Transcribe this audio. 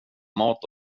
mat